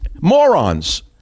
morons